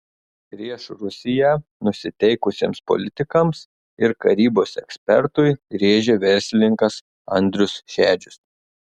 prieš rusiją nusiteikusiems politikams ir karybos ekspertui rėžė verslininkas andrius šedžius